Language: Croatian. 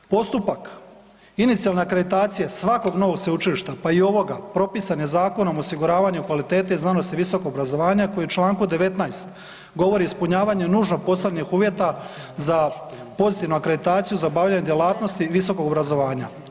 Postupak inicijale akreditacije svakog novog sveučilišta pa i ovoga propisan je Zakonom o osiguravanju kvalitete i znanosti visokog obrazovanja koji u Članku 19. govori o ispunjavanju nužno postavljenih uvjeta za pozitivnu akreditaciju za obavljanje djelatnosti visokog obrazovanja.